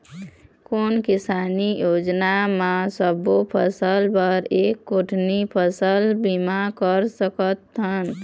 कोन किसानी योजना म सबों फ़सल बर एक कोठी फ़सल बीमा कर सकथन?